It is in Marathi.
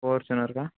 फॉरच्युनर का